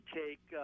take